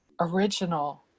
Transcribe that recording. original